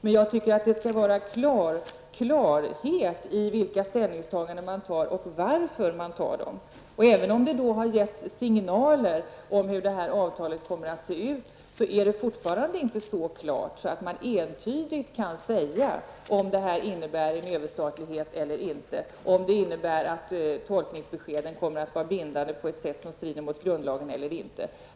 Men jag tycker att det skall råda klarhet när det gäller vilka ställningstaganden man gör och varför man gör dem. Även om det har getts signaler om hur detta avtal kommer att se ut är det fortfarande inte så klart att man entydigt kan säga om det innebär överstatlighet eller inte och om det innebär att tolkningsbeskeden kommer att vara bindande på ett sätt som strider mot grundlagen eller inte.